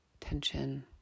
tension